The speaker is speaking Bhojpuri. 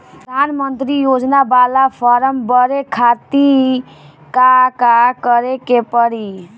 प्रधानमंत्री योजना बाला फर्म बड़े खाति का का करे के पड़ी?